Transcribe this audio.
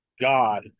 God